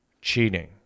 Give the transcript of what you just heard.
cheating